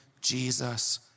Jesus